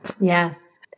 Yes